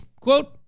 Quote